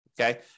okay